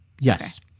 yes